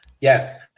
Yes